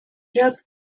helped